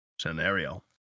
scenario